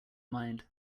mind